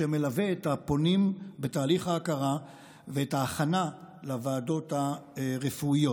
שמלווה את הפונים בתהליך ההכרה ואת ההכנה לוועדות הרפואיות.